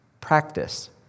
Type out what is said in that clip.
practice